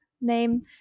name